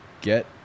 Get